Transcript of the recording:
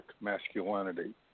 masculinity